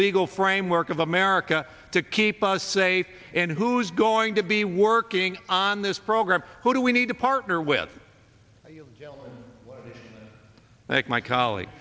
legal framework of america to keep us safe and who's going to be working on this program what do we need a partner with like my coll